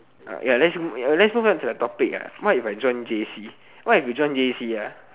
alright ya let's move onto a topic what if I joined j_c what if you join j_c ah